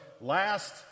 last